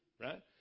Right